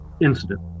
incident